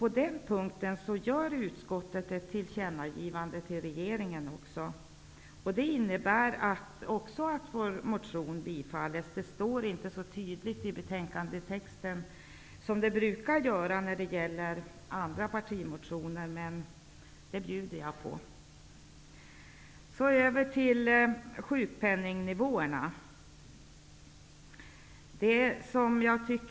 På den punkten föreslår utskottet ett tillkännagivande till regeringen. Det innebär också att vår motion tillstyrks. Det står inte så tydligt i betänkandetexten som det brukar göra när det gäller andra partimotioner, men det bjuder jag på. Låt mig sedan gå över till sjukpenningnivåerna.